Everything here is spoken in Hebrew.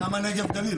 למה נגב גליל?